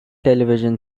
television